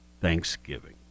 Thanksgiving